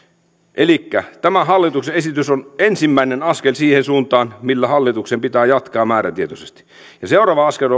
elikkä tämä hallituksen esitys on ensimmäinen askel siihen suuntaan millä hallituksen pitää jatkaa määrätietoisesti seuraava askel